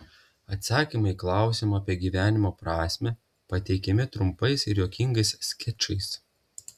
atsakymai į klausimą apie gyvenimo prasmę pateikiami trumpais ir juokingais skečais